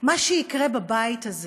מה שיקרה בבית הזה